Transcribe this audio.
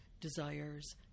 desires